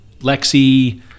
Lexi